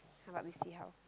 uh but we see how